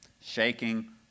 Shaking